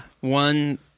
one